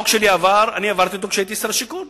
אני העברתי את החוק שלי כשהייתי שר השיכון,